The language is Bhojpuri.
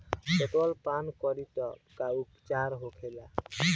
पेट्रोल पान करी तब का उपचार होखेला?